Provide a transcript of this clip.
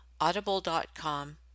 Audible.com